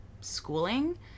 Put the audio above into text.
schooling